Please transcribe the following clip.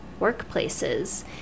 workplaces